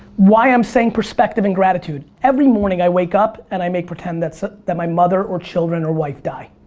why i'm saying perspective and gratitude? every morning i wake up, and i make pretend that so that my mother or children or wife die.